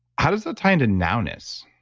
how does that tie into numbness?